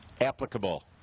applicable